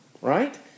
right